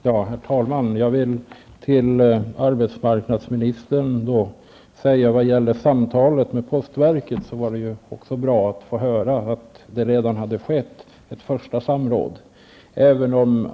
Herr talman! Vad gäller arbetsmarknadsministerns samtal med postverkets generaldirektör var det bra att få höra att ett första samråd redan ägt rum.